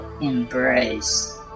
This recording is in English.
embrace